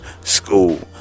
school